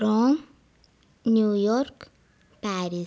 Rome New York Paris